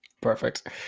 Perfect